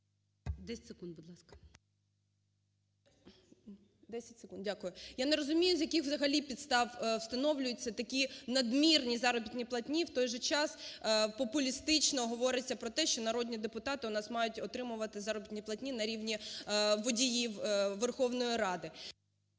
Я не розумію, з яких взагалі підстав встановлюються такі надмірні заробітні платні, в той же час популістично говориться про те, що народні депутати у нас мають отримувати заробітні платні на рівні водіїв Верховної Ради.